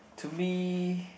to me